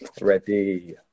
ready